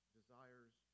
desires